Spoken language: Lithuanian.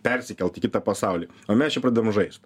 persikelt į kitą pasaulį o mes čia pradedam žaist